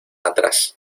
atrás